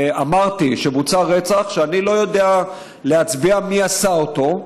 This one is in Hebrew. ואמרתי שבוצע רצח שאני לא יודע להצביע על מי שעשה אותו,